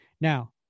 Now